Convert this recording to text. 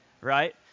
Right